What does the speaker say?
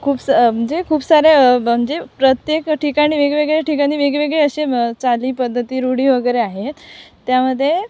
खूपसं म्हणजे खूप सारे प्रत्येक ठिकाणी वेगवेगळ्या ठिकाणी वेगवेगळे असे चाली पद्धती रूढी वगैरे आहेत त्यामध्ये